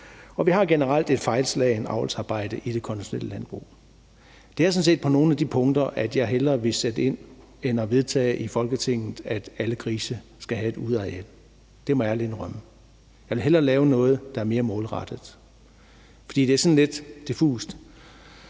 Og vi har generelt et fejlslagent avlsarbejde i det konventionelle landbrug. Det er sådan set på nogle af de punkter, jeg hellere vil sætte ind end at vedtage i Folketinget, at alle grise skal have et udeareal. Det må jeg ærligt indrømme. Jeg vil hellere gøre noget, der er mere målrettet. For det andet er sådan lidt diffust.